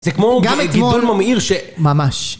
זה כמו - גם אתמול - גידול ממאיר ש... - ממש